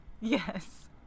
Yes